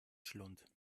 schlund